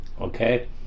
Okay